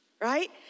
right